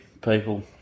people